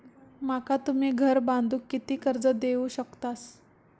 माका तुम्ही घर बांधूक किती कर्ज देवू शकतास?